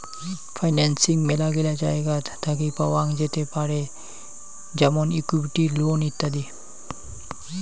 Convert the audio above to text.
financing মেলাগিলা জায়গাত থাকি পাওয়াঙ যেতে পারেত যেমন ইকুইটি, লোন ইত্যাদি